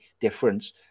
difference